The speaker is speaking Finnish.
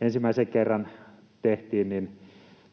ensimmäisen kerran tehtiin. He